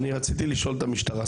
רציתי לשאול את המשטרה שאלה.